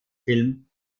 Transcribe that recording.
film